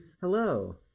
Hello